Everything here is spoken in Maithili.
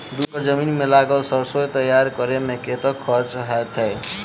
दू एकड़ जमीन मे लागल सैरसो तैयार करै मे कतेक खर्च हेतै?